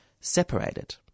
separated